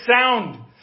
sound